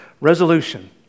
resolution